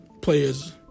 players